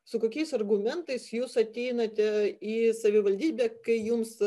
su kokiais argumentais jūs ateinate į savivaldybę kai jums